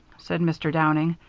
said mr. downing.